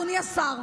אדוני השר,